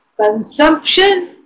consumption